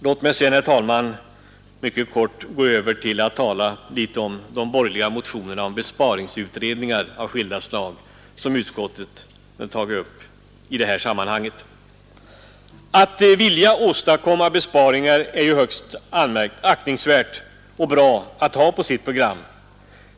Låt mig sedan, herr talman, mycket kort gå över till att tala litet om de borgerliga motionerna och om besparingsutredningar av skilda slag, som utskottet tagit upp i detta sammanhang. Att vilja åstadkomma besparingar är ju högst aktningsvärt och bra att ha på sitt program.